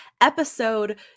Episode